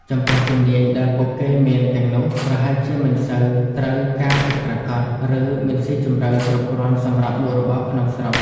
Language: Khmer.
ចំពោះជំនាញដែលពួកគេមានទាំងនោះប្រហែលជាមិនសូវត្រូវការពិតប្រាកដ ឬមិនស៊ីជម្រៅគ្រប់គ្រាន់សម្រាប់មុខរបរក្នុងស្រុក។